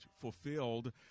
Fulfilled